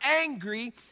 angry